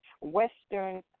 Western